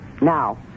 Now